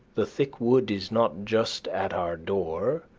the thick wood is not just at our door,